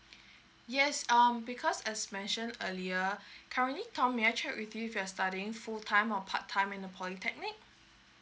yes um because as mentioned earlier currently tom may I check with you if you're studying full time or part time in the polytechnic